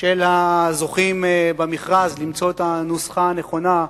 של הזוכים במכרז, למצוא את הנוסחה הנכונה,